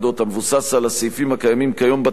המבוסס על הסעיפים הקיימים כיום בתקנון,